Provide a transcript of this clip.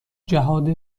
جهاد